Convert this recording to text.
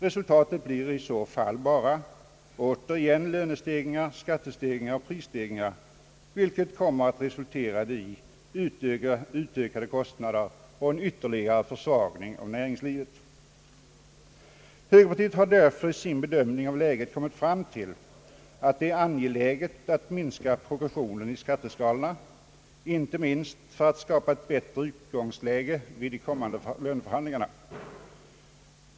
Resultatet blir i så fall bara återigen lönestegringar, skattestegringar och prisstegringar, vilket kommer att resultera i ökade kostnader och ytterligare försvagning av näringslivet. Högerpartiet har därför i sin bedömning av läget kommit fram till att det är angeläget att minska progressionen i skatteskalorna, inte minst för att skapa ett bättre utgångsläge vid kommande löneförhandlingar.